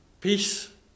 peace